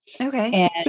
okay